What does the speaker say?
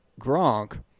Gronk